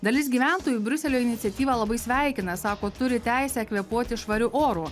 dalis gyventojų briuselio iniciatyvą labai sveikina sako turi teisę kvėpuoti švariu oru